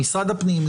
למשרד הפנים,